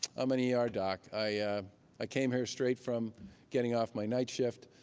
i'm an yeah ah er doc. i i came here straight from getting off my night shift.